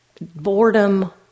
boredom